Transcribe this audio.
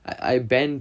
like I bend